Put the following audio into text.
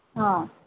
ହଁ